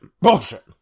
bullshit